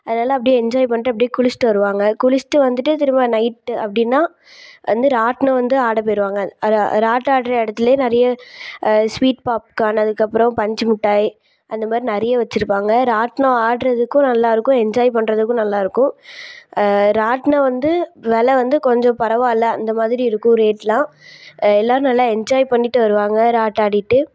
அதனால அப்டேயே என்ஜாய் பண்ணிட்டு அப்டேயே குளிச்சிட்டு வருவாங்க குளிச்சிட்டு வந்துட்டு திரும்ப நைட்டு அப்படின்னா வந்து ராட்டினம் வந்து ஆட போய்டுவாங்க அது ராட்டினம் ஆடுற எடத்துலயே நிறைய ஸ்வீட் பாப்கான் அதுக்கு அப்புறம் பஞ்சுமிட்டாய் அந்த மாதிரி நிறைய வச்சிருப்பாங்க ராட்டினம் ஆடுறதுக்கும் நல்லா இருக்கும் என்ஜாய் பண்ணுறதுக்கும் நல்லா இருக்கும் ராட்டினம் வந்து வெலை வந்து கொஞ்சம் பரவாயில்ல அந்த மாதிரி இருக்கும் ரேட்டெலாம் எல்லோரும் நல்லா என்ஜாய் பண்ணிவிட்டு வருவாங்க ராட்டினம் ஆடிவிட்டு